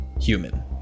human